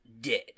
dead